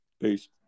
Peace